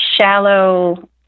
shallow